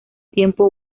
tiempo